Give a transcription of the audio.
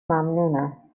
ممنونم